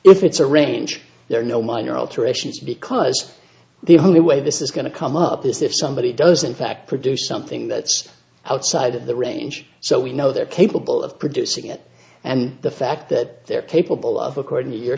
if it's a range there are no minor alterations because the only way this is going to come up this if somebody does in fact produce something that's outside of the range so we know they're capable of producing it and the fact that they're capable of according to your